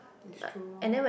it's true lor